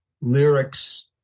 lyrics